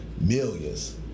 millions